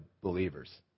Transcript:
believers